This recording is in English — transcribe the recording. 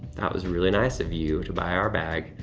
that was really nice of you to buy our bag.